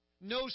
No